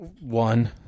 One